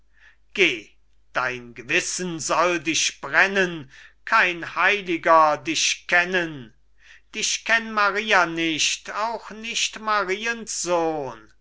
dein gewissen soll dich brennen kein heiliger dich kennen dich kenn maria nicht auch nicht mariens sohn